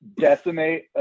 decimate